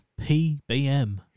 PBM